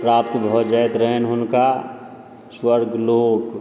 प्राप्त भऽ जाइत रहनि हुनका स्वर्ग लोक